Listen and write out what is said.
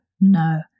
no